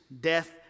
death